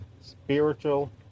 spiritual